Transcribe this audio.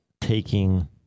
taking